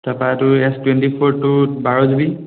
তাৰ পৰা এইটো এছ টুৱেণ্টি ফ'ৰটো বাৰ জিবি